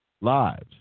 lives